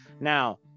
Now